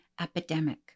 epidemic